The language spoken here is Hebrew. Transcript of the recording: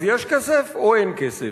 אז יש כסף או אין כסף?